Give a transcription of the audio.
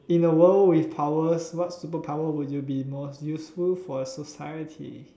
in a world with power what superpower will you be most useful for society